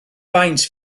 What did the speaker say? faint